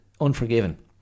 unforgiven